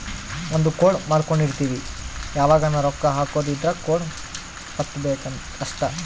ಒಂದ ಕೋಡ್ ಮಾಡ್ಕೊಂಡಿರ್ತಿವಿ ಯಾವಗನ ರೊಕ್ಕ ಹಕೊದ್ ಇದ್ರ ಕೋಡ್ ವತ್ತಬೆಕ್ ಅಷ್ಟ